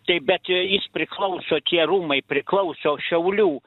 tai bet jis priklauso tie rūmai priklauso šiaulių